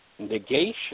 negation